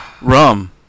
Rum